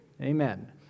amen